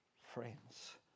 friends